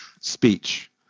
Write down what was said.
speech